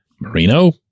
Marino